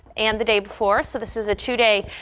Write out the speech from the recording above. and the day before so this is a today.